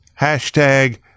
Hashtag